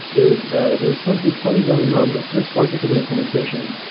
there is ah there is something funny going on with this particular implementation,